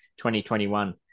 2021